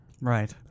Right